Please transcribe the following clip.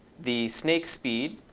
the snake speed